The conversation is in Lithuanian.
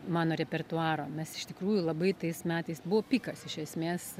mano repertuaro mes iš tikrųjų labai tais metais buvo pikas iš esmės